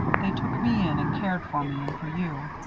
they took me in and cared for me and for you.